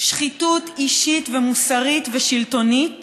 שחיתות אישית, מוסרית ושלטונית